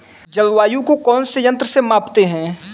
जलवायु को कौन से यंत्र से मापते हैं?